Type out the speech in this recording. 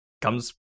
comes